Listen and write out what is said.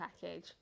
package